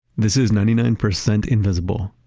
this is ninety nine percent invisible.